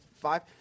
five